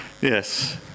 Yes